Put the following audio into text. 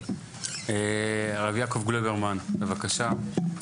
הרב יעקב לויברמן, בבקשה.